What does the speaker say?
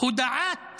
הודעת